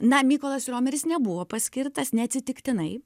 na mykolas romeris nebuvo paskirtas neatsitiktinai